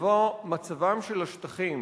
מצבם של השטחים